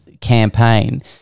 campaign